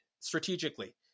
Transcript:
strategically